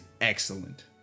excellent